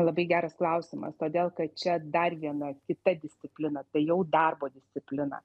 labai geras klausimas todėl kad čia dar viena kita disciplina tai jau darbo disciplina